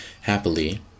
happily